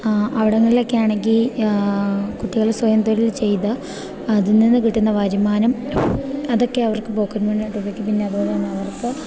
അവിടങ്ങളിലൊക്കൊയാണെങ്കി കുട്ടികള് സ്വയം തൊഴിൽ ചെയ്ത് അതിൽനിന്ന് കിട്ട്ന്ന വരുമാനം അതൊക്കെയവർക്ക് പോക്കറ്റ് മണിയായ്ട്ടുപയോക്കാം പിന്നെയതുപോലെന്നെയവർക്ക്